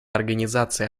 организация